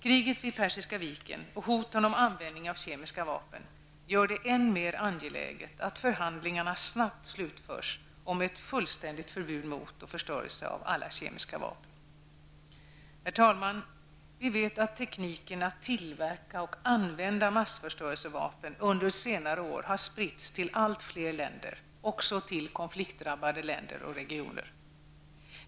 Kriget vid Persiska viken och hoten om användning av kemiska vapen gör det än mer angeläget att förhandlingarna snabbt slutförs om ett fullständigt förbud mot och förstörelse av alla kemiska vapen. Herr talman! Vi vet att tekniken att tillverka och använda massförstörelsevapen under senare år har spritts till allt fler länder -- även till konfliktdrabbade länder och regioner.